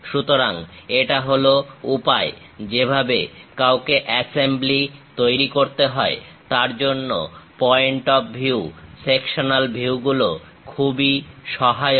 সুতরাং এটা হল উপায় যেভাবে কাউকে অ্যাসেম্বলি তৈরি করতে হয় তার জন্য পয়েন্ট অফ ভিউ সেকশনাল ভিউগুলো খুবই সহায়ক